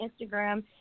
Instagram